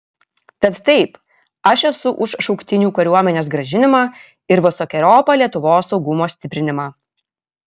tad taip aš esu už šauktinių kariuomenės grąžinimą ir visokeriopą lietuvos saugumo stiprinimą